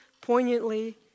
poignantly